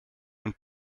und